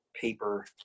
paper